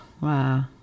Wow